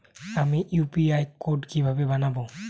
আমি UPI code কিভাবে বানাব?